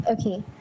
Okay